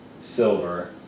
silver